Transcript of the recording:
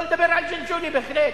שלא לדבר על ג'לג'וליה, בהחלט.